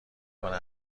کنه